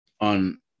On